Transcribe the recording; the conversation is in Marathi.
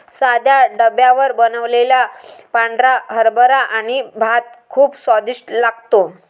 साध्या ढाब्यावर बनवलेला पांढरा हरभरा आणि भात खूप स्वादिष्ट लागतो